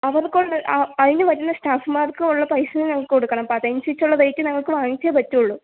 അവർക്കുണ്ട് ആ അതിനു വരുന്ന സ്റ്റാഫുമാർക്ക് ഉള്ള പൈസയും ഞങ്ങൾക്ക് കൊടുക്കണം അപ്പോൾ അതനുസരിച്ചുള്ള റേയ്റ്റ് ഞങ്ങൾക്ക് വാങ്ങിച്ചേ പറ്റുകയുള്ളൂ